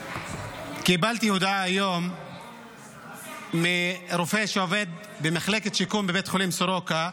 קיבלתי הודעה היום מרופא שעובד במחלקת שיקום בבית החולים סורוקה,